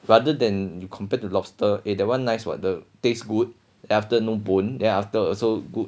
rather than you compared to lobster eh that one nice what the taste good after no bone then after also good